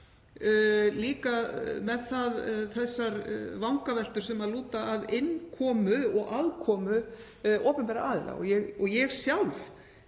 líka með þessar vangaveltur sem lúta að innkomu og aðkomu opinberra aðila. Ég sjálf